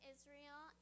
Israel